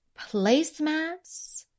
placemats